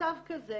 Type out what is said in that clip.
במצב כזה